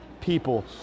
people